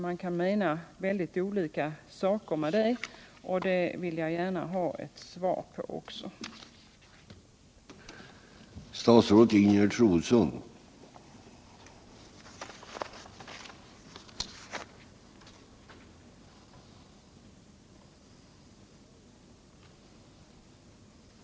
Man kan avse väldigt olika saker med det och därför vill jag Om arbete med gärna att statsrådet utvecklar meningen med uttrycket adekvat utbildning.